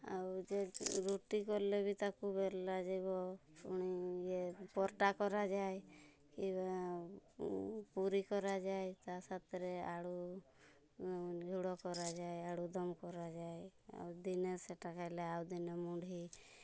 ଆଉ ଯେ ରୁଟି କଲେ ବି ତାକୁ ବେଲାଯିବ ଫୁଣି ଇଏ ପରଟା କରାଯାଏ କିବା ପୁରୀ କରାଯାଏ ତା ସାଥିରେ ଆଳୁ ଝୋଳ କରାଯାଏ ଆଳୁ ଦମ୍ କରାଯାଏ ଆଉ ଦିନେ ସେଟା ଖାଇଲେ ଆଉ ଦିନେ ମୁଢ଼ି